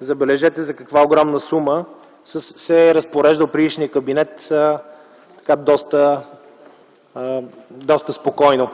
Забележете с каква огромна сума се е разпореждал предишният кабинет доста спокойно.